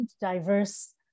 diverse